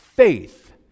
faith